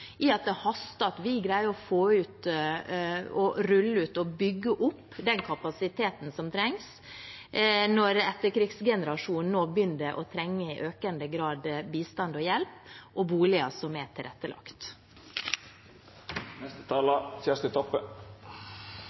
det haster med å få ut, rulle ut og bygge opp den kapasiteten som trengs når etterkrigsgenerasjonen i økende grad nå begynner å trenge bistand og hjelp og boliger som er tilrettelagt.